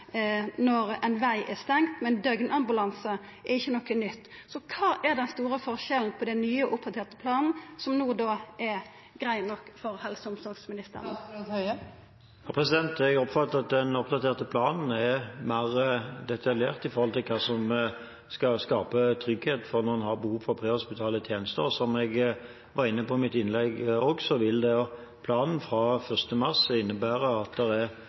når ein veg er stengd, men døgnambulanse er ikkje noko nytt. Så kva er den store forskjellen med den nye, oppdaterte planen, som no er grei nok for helse- og omsorgsministeren? Jeg oppfatter at den oppdaterte planen er mer detaljert i forhold til hva som skal skape trygghet når en har behov for prehospitale tjenester. Som jeg var inne på i mitt innlegg også, vil planen innebære at det fra 1. mars er to døgnambulanser, som innebærer at en har en kapasitet i de to kommunene som er